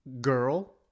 girl